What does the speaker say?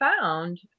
found